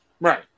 Right